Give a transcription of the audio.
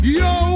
yo